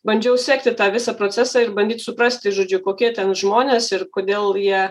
bandžiau sekti tą visą procesą ir bandyt suprasti žodžiu kokie ten žmonės ir kodėl jie